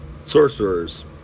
sorcerers